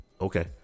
Okay